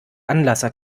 anlasser